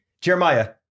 Jeremiah